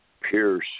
Pierce